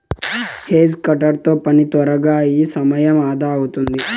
hedge cutter తో పని త్వరగా అయి సమయం అదా అవుతాది